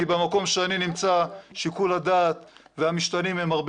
כי במקום שאני נמצא שיקול הדעת והמשתנים הם הרבה